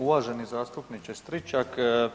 Uvaženi zastupnike Stričak.